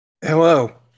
Hello